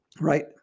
right